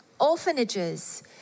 orphanages